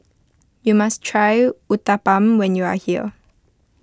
you must try Uthapam when you are here